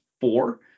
four